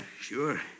sure